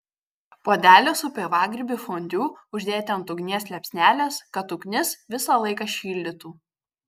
puodelį su pievagrybių fondiu uždėti ant ugnies liepsnelės kad ugnis visą laiką šildytų